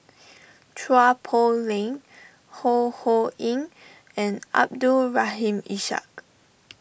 Chua Poh Leng Ho Ho Ying and Abdul Rahim Ishak